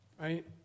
right